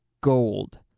gold